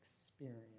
experience